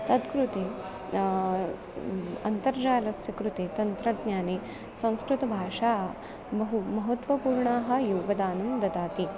तत्कृते अन्तर्जालस्य कृते तन्त्रज्ञाने संस्कृतभाषा बहु महत्वपूर्णाः योगदानं ददाति